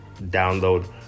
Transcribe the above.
download